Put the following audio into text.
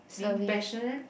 being patient